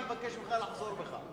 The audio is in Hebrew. אני מבקש ממך לחזור בך.